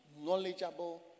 knowledgeable